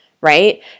right